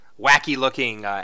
wacky-looking